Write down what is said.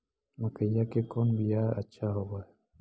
मकईया के कौन बियाह अच्छा होव है?